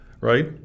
right